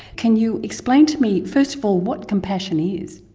can you explain to me, first of all, what compassion is?